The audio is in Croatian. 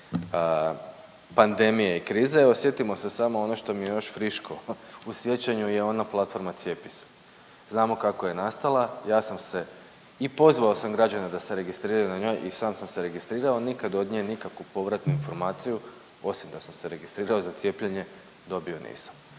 pandemije i krize. Evo, sjetimo se samo, ono što mi je još friško u sjećaju je ona platforma Cijepi se. Znamo kako je nastala, ja sam se, i pozvao sam građane da se registriraju na njoj i sam sam se registrirao, nikad od nje nikakvu povratnu informaciju osim da sam se registrirao, za cijepljenje dobio nisam.